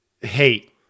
hate